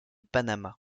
panama